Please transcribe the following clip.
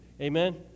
Amen